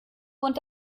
und